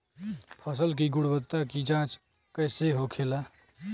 फसल की गुणवत्ता की जांच कैसे होखेला?